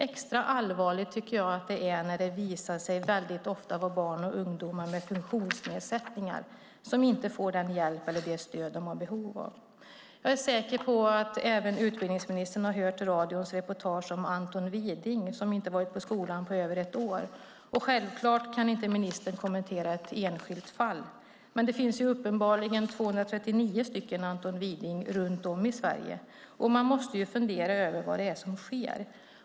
Jag tycker att det är extra allvarligt när det väldigt ofta visar sig vara barn och ungdomar med funktionsnedsättningar som inte får den hjälp eller det stöd de har behov av. Jag är säker på att även utbildningsministern har hört radions reportage om Anton Widing som inte varit i skolan på över ett år. Ministern kan självfallet inte kommentera ett enskilt fall, men det finns uppenbarligen 239 Anton Widing runt om i Sverige. Man måste fundera över vad det är som sker.